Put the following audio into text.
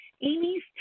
Amy's